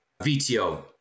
VTO